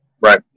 Right